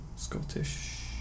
Scottish